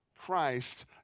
Christ